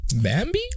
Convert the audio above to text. Bambi